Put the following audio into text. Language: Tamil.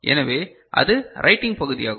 எனவே அது ரைட்டிங் பகுதியாகும்